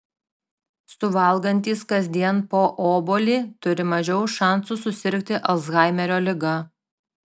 suvalgantys kasdien po obuolį turi mažiau šansų susirgti alzhaimerio liga